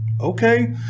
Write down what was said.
Okay